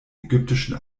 ägyptischen